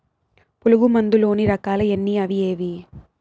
పులుగు మందు లోని రకాల ఎన్ని అవి ఏవి?